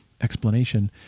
explanation